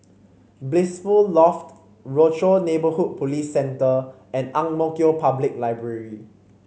Blissful Loft Rochor Neighborhood Police Centre and Ang Mo Kio Public Library